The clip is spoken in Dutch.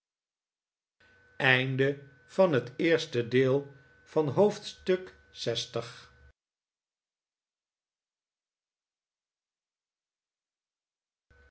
onderwerp van het gesprek haar van het